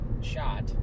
Shot